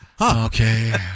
Okay